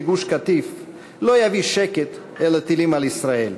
מגוש-קטיף לא יביא שקט אלא טילים על ישראל.